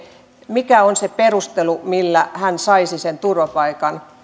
mikä on se perustelu millä hän saisi turvapaikan